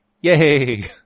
Yay